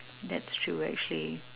that's true actually